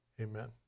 amen